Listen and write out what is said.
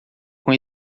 com